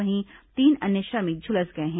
वहीं तीन अन्य श्रमिक झुलस गए हैं